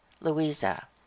louisa